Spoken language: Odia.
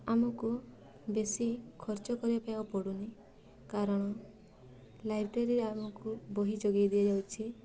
ଆମକୁ ବେଶୀ ଖର୍ଚ୍ଚ କରିବା ପାଇଁ ଆଉ ପଡ଼ୁନି କାରଣ ଲାଇବ୍ରେରୀ ଆମକୁ ବହି ଯୋଗାଇ ଦିଆଯାଉଛି